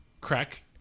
Crack